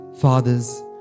fathers